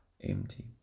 empty